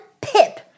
pip